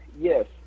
Yes